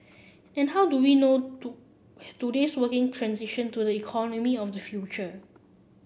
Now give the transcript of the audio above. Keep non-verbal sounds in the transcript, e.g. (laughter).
and how do we know (unintelligible) today's working transition to the economy of the future